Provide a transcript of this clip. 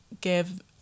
give